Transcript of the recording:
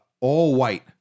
all-white